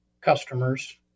customers